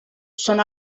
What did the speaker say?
són